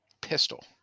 Pistol